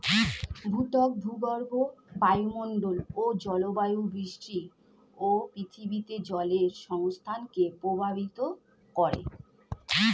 ভূত্বক, ভূগর্ভ, বায়ুমন্ডল ও জলবায়ু বৃষ্টি ও পৃথিবীতে জলের সংস্থানকে প্রভাবিত করে